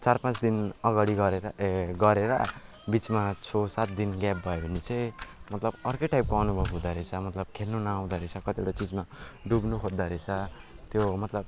चार पाँच दिन अगाडि गरेर ए गरेर बिचमा छ सात दिन ग्याप भयो भने चाहिँ मतलब अर्कै टाइपको अनुभव हुँदो रहेछ मतलब खेल्नु न आउँदो रहेछ कतिवटा चिजमा डुब्नु खोज्दो रहेछ त्यो मतलब